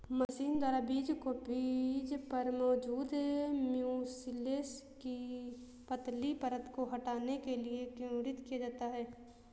machine द्वारा बीज को बीज पर मौजूद म्यूसिलेज की पतली परत को हटाने के लिए किण्वित किया जाता है